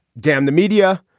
damn the media.